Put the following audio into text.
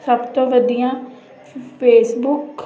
ਸਭ ਤੋਂ ਵਧੀਆ ਫੇਸਬੁਕ